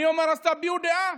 אני אומר: אז תביעו דעה,